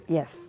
Yes